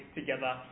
together